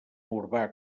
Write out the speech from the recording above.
urbà